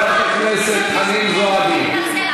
לחבר הכנסת, תתבייש.